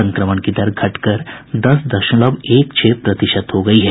संक्रमण की दर घटकर दस दशमलव एक छह प्रतिशत हो गयी है